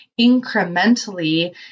incrementally